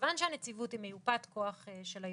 כיוון שהנציבות היא מיופת כוח של היועץ,